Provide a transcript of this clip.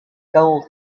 gold